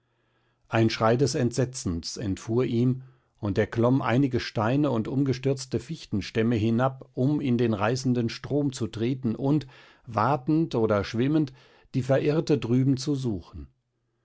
ein schrei des entsetzens entfuhr ihm und er klomm einige steine und umgestürzte fichtenstämme hinab um in den reißenden strom zu treten und watend oder schwimmend die verirrte drüben zu suchen